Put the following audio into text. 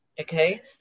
Okay